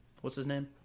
What's-his-name